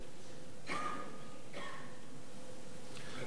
בבקשה, אדוני.